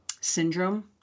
syndrome